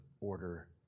order